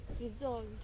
resolved